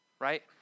right